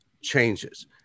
changes